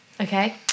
Okay